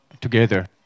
together